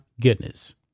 goodness